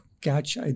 CATCH